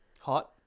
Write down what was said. Hot